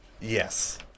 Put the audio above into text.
Yes